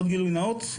גילוי נאות,